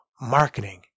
Marketing